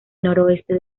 noroeste